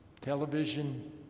television